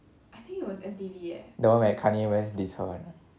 the one where kanye west diss her one ah this one